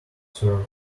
serve